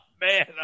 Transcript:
Man